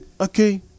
okay